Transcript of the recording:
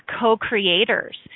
co-creators